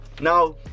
now